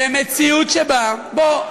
בוא,